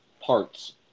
parts